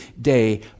day